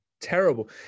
terrible